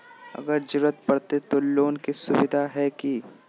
अगर जरूरत परते तो लोन के सुविधा है की?